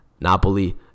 Napoli